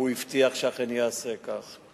והוא הבטיח שאכן יעשה כך.